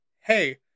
hey